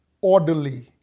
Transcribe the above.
orderly